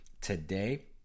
today